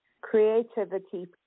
Creativity